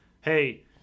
hey